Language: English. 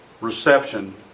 reception